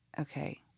okay